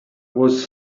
was